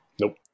nope